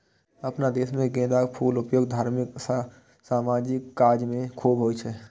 अपना देश मे गेंदाक फूलक उपयोग धार्मिक आ सामाजिक काज मे खूब होइ छै